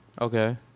Okay